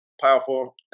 powerful